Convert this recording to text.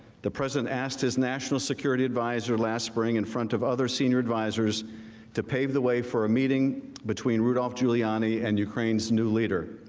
the president asked his national security visor last spring in front of other senior visors to pave the way for a meeting between rudy giuliani and ukraine's new leader.